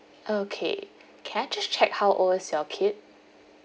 okay can I just check how old is your kid